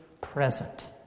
present